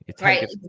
Right